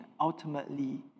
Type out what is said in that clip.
ultimately